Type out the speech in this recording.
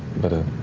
but a